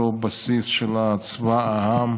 אותו בסיס של צבא העם,